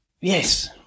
yes